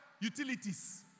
Utilities